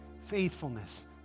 faithfulness